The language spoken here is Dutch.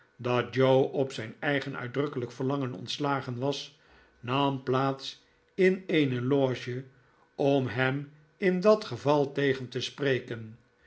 dat joe op zijn eigen uitdrukkelijk verlangen ontslagen was nam plaats in eene loge om hem in dat geval tegen te spreken